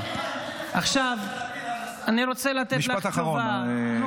זה בגלל שאנחנו במלחמה --- יהודה